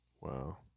Wow